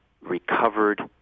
recovered